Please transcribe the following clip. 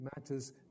matters